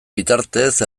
bitartez